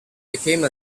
became